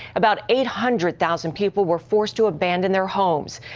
about eight hundred thousand people were forced to abandon their homes.